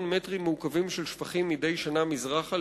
מטרים מעוקבים של שפכים מדי שנה מזרחה,